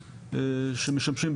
שמשמשים,